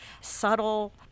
subtle